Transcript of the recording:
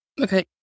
Okay